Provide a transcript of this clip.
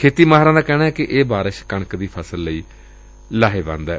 ਖੇਤੀ ਮਾਹਿਰਾਂ ਦਾ ਕਹਿਣੈ ਕਿ ਇਹ ਬਾਰਿਸ਼ ਕਣਕ ਦੀ ਫਸਲ ਲਈ ਲਾਹੇਵੰਦ ਏ